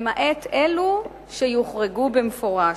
למעט אלו שיוחרגו במפורש.